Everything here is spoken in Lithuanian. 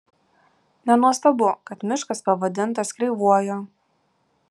nenuostabu kad miškas pavadintas kreivuoju